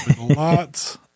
Lots